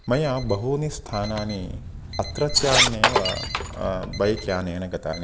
मया बहूनि स्थानानि अत्रत्यान्येव बैक् यानेन गतानि